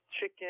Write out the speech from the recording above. chicken